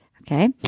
Okay